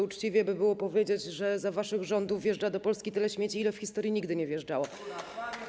Uczciwie by było powiedzieć, że za waszych rządów wjeżdża do Polski tyle śmieci, ile w historii nigdy nie wjeżdżało.